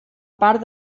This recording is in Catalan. part